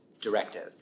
directive